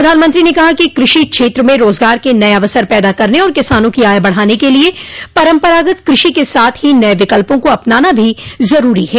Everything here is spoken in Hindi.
प्रधानमंत्री ने कहा कि कृषि क्षेत्र में रोजगार के नये अवसर पैदा करने और किसानों की आय बढ़ाने के लिए परंपरागत कृषि के साथ ही नये विकल्पों को अपनाना भी जरूरी है